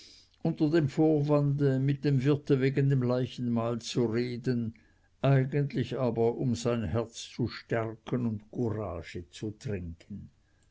unter dem vorwande mit dem wirte wegen dem leichenmahl zu reden eigentlich aber um sein herz zu stärken und courage zu trinken